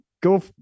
go